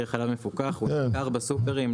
מחיר חלב פוקח נמכר בסופרים,